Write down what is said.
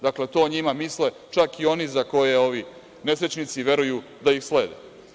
Dakle, to o njima misle čak i oni za koje ovi nesrećnici veruju da ih slede.